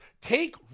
Take